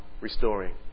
restoring